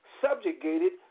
subjugated